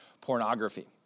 pornography